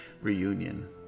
reunion